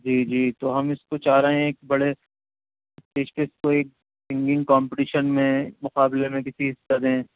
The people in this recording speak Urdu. جی جی تو ہم اس کو چاہ رہے ہیں ایک بڑے جس کے کوئی سنگنگ کمپٹیشن میں مقابلہ میں کسی حصہ دیں